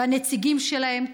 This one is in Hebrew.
והנציגים שלהם,